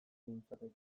nintzateke